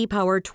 Power